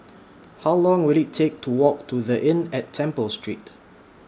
How Long Will IT Take to Walk to The Inn At Temple Street